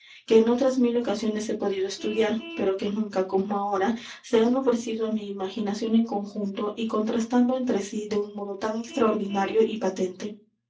que en otras mil ocasiones he podido estudiar pero que nunca como ahora se han ofrecido á mi imaginación en conjunto y contrastando entre sí de un modo tan extraordinario y patente